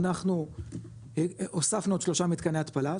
אנחנו הוספנו עוד שלושה מתקני התפלה,